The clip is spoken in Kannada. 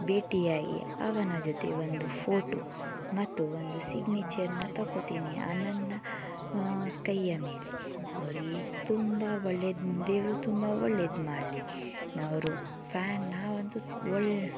ಭೇಟಿಯಾಗಿ ಅವನ ಜೊತೆ ಒಂದು ಫೋಟೋ ಮತ್ತು ಒಂದು ಸಿಗ್ನೇಚರ್ನ ತೊಗೋತೀನಿ ನನ್ನ ಕೈಯ ಮೇಲೆ ಅವರಿಗೆ ತುಂಬ ಒಳ್ಳೆಯ ದೇವರು ತುಂಬ ಒಳ್ಳೇದು ಮಾಡಲಿ ಅವ್ರು ಫ್ಯಾನ್ ನಾವಂತೂ ಒಳ್ಳೆ